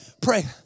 Pray